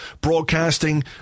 broadcasting